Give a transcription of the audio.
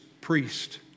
priest